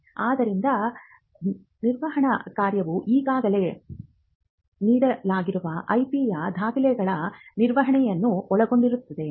ಆದ್ದರಿಂದ ನಿರ್ವಹಣಾ ಕಾರ್ಯವು ಈಗಾಗಲೇ ನೀಡಲಾಗಿರುವ ಐಪಿ ಯ ದಾಖಲೆಗಳ ನಿರ್ವಹಣೆಯನ್ನು ಒಳಗೊಂಡಿರುತ್ತದೆ